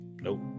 nope